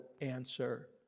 answer